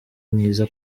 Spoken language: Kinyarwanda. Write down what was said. mwiza